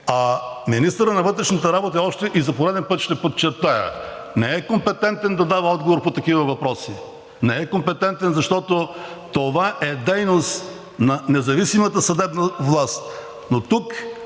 А министърът на вътрешните работи още, и за пореден път ще подчертая, не е компетентен да дава отговор по такива въпроси. Не е компетентен, защото това е дейност на независимата съдебна власт, но тук